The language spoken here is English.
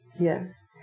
yes